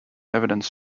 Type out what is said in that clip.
evidence